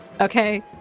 Okay